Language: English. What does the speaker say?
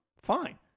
Fine